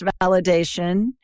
validation